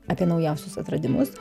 apie naujausius atradimus